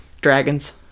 dragons